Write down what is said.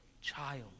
child